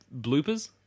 bloopers